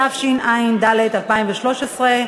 התשע"ד 2013,